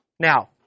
Now